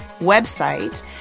website